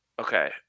Okay